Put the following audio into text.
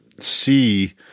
see